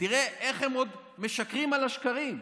תראה איך הם משקרים על השקרים.